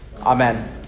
Amen